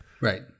Right